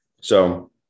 So-